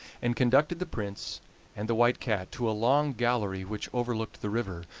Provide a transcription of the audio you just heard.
and conducted the prince and the white cat to a long gallery which overlooked the river,